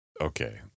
Okay